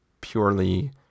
purely